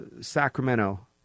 Sacramento